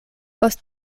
post